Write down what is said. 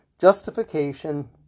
justification